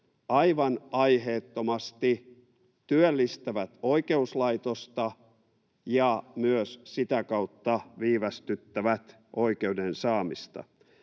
aivan aiheettomasti työllistävät oikeuslaitosta ja myös sitä kautta viivästyttävät oikeuden saamista.